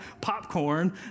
popcorn